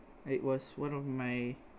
it was one of my